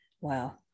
Wow